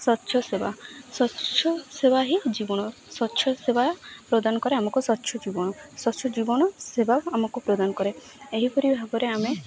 ସ୍ୱଚ୍ଛ ସେବା ସ୍ୱଚ୍ଛ ସେବା ହିଁ ଜୀବନ ସ୍ୱଚ୍ଛ ସେବା ପ୍ରଦାନ କରେ ଆମକୁ ସ୍ୱଚ୍ଛ ଜୀବନ ସ୍ୱଚ୍ଛ ଜୀବନ ସେବା ଆମକୁ ପ୍ରଦାନ କରେ ଏହିପରି ଭାବରେ ଆମେ